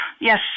Yes